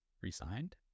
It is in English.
re-signed